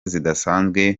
zidasanzwe